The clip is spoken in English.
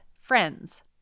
friends